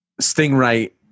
Stingray